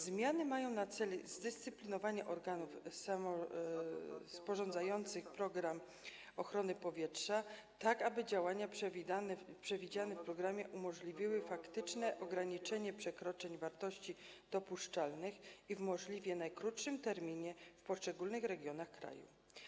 Zmiany mają na celu zdyscyplinowanie organów sporządzających program ochrony powietrza, aby działania przewidziane w programie umożliwiły faktyczne ograniczenie przekroczeń dopuszczalnych wartości w możliwie najkrótszym terminie w poszczególnych regionach krajów.